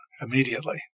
immediately